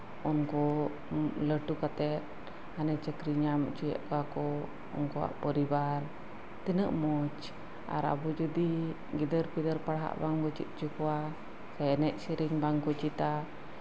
ᱩᱱᱠᱩ ᱞᱟᱹᱴᱩ ᱠᱟᱛᱮᱫ ᱪᱟᱹᱠᱨᱤ ᱧᱟᱢ ᱦᱚᱪᱚᱭᱮᱜ ᱠᱚᱣᱟ ᱠᱚᱣᱟ ᱠᱚ ᱩᱱᱠᱩᱣᱟᱜ ᱯᱚᱨᱤᱵᱟᱨ ᱛᱤᱱᱟᱹᱜ ᱢᱚᱸᱡ ᱟᱵᱚ ᱡᱚᱫᱤ ᱜᱤᱫᱟᱹᱨ ᱯᱤᱫᱟᱹᱨ ᱯᱟᱲᱦᱟᱜ ᱵᱚᱱ ᱪᱮᱫ ᱦᱚᱪᱚ ᱠᱚᱣᱟ ᱥᱮ ᱮᱱᱮᱡ ᱥᱮᱨᱮᱧ ᱵᱟᱝ ᱠᱚ ᱪᱮᱫᱟ